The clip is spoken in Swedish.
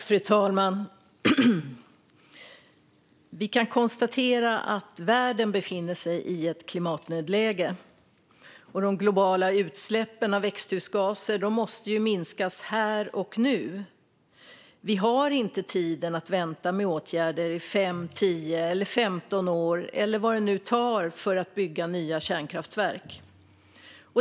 Fru talman! Vi kan konstatera att världen befinner sig i ett klimatnödläge. De globala utsläppen av växthusgaser måste minskas här och nu. Vi har inte tid att vänta med åtgärder i fem, tio eller femton år eller vad det nu tar att bygga nya kärnkraftverk.